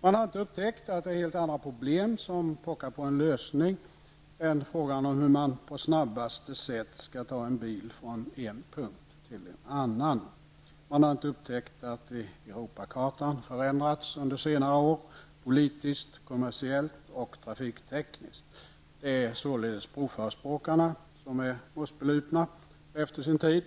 Man har inte upptäckt att helt andra problem nu pockar på sin lösning än frågan hur man på snabbaste sätt skall kunna ta en bil från en punkt till en annan. Man har inte upptäckt att Europakartan har förändrats under senare år, politiskt, kommersiellt och trafiktekniskt. Det är således broförespråkarna som är mossbelupna och efter sin tid